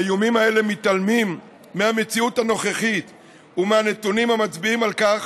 האיומים האלה מתעלמים מהמציאות הנוכחית ומהנתונים המצביעים על כך